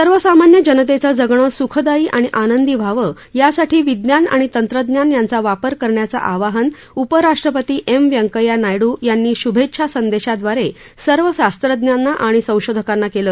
सर्वसामान्य जनतेचं जगणं सुखदायी आणि आनंदी व्हावं यासाठी विज्ञान आणि तंत्रज्ञान यांचा वापर करण्याचं आवाहन उपराष्ट्रपती एम व्यंकय्या नायडू यांनी शुभेच्छा संदेशादवारे सर्व शासज्ञांना आणि संशोधकांना केलं